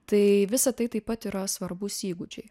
tai visa tai taip pat yra svarbūs įgūdžiai